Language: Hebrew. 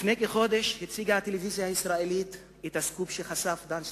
לפני כחודש הציגה הטלוויזיה הישראלית את הסקופ שחשף דן סממה,